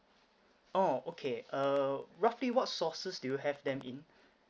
oh okay uh roughly what sauces do you have them in